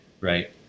right